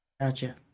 Gotcha